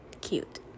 cute